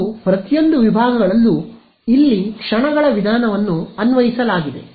ಮತ್ತು ಪ್ರತಿಯೊಂದು ವಿಭಾಗಗಳಲ್ಲೂ ಇಲ್ಲಿ ಕ್ಷಣಗಳ ವಿಧಾನವನ್ನು ಅನ್ವಯಿಸಲಾಗಿದೆ